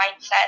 mindset